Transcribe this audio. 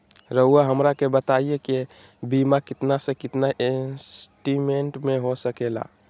रहुआ हमरा के बताइए के बीमा कितना से कितना एस्टीमेट में हो सके ला?